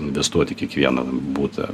investuot į kiekvieną butą